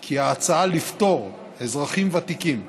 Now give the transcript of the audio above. כי ההצעה לפטור אזרחים ותיקים,